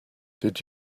did